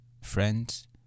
friends